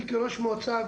אני כראש מועצה,